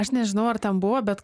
aš nežinau ar ten buvo bet